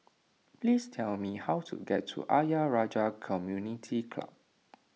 please tell me how to get to Ayer Rajah Community Club